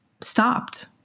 stopped